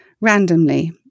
randomly